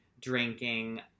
drinking